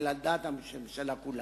אלא על דעת הממשלה כולה.